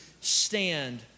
stand